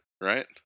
right